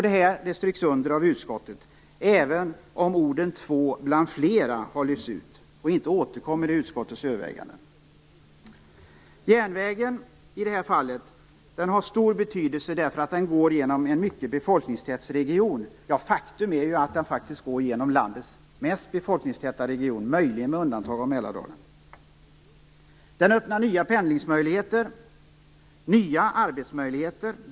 Detta stryks under av utskottet även om orden "två bland flera" har lyfts ut och inte återkommer i utskottets övervägande. Järnvägen - i det här fallet - har stor betydelse eftersom den går genom en mycket befolkningstät region. Faktum är att den går genom landets mest befolkningstäta region, möjligen med undantag av Mälardalen. Den öppnar nya pendlingsmöjligheter och nya arbetsmöjligheter.